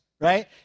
right